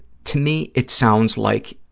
to me, it sounds like